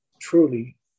truly